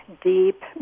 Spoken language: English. deep